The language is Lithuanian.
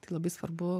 tai labai svarbu